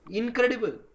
incredible